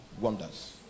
wonders